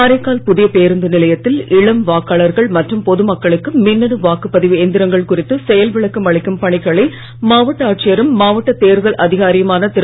காரைக்கால் புதிய பேருந்து நிலையத்தில் இளம் வாக்காளர்கள் மற்றும் பொது மக்களுக்கு மின்னணு வாக்குப்பதிவு எந்திரங்கள் குறித்து செயல் விளக்கம் அளிக்கும் பணிகளை மாவட்ட ஆட்சியரும் மாவட்ட தேர்தல் அதிகாரியுமான திரு